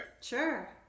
Sure